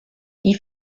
die